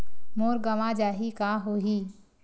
मोर गंवा जाहि का होही?